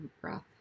breath